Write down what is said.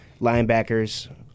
linebackers